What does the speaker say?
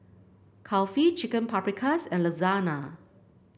Kulfi Chicken Paprikas and Lasagna